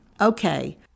Okay